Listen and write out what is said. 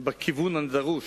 בכיוון הדרוש: